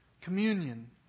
communion